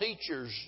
teacher's